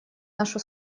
нашу